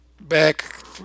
back